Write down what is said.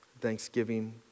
thanksgiving